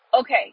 okay